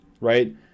right